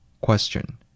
Question